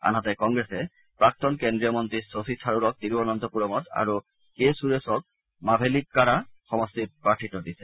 আনহাতে কংগ্ৰেছে প্ৰাক্তন কেন্দ্ৰীয় মন্ত্ৰী শশী থাৰুৰক তিৰৱনন্তপুৰমত আৰু কে সুৰেশক মাভেলিক্বাৰা সমষ্টিত প্ৰাৰ্থিত্ব দিছে